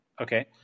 okay